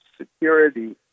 security